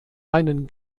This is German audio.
einen